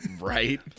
Right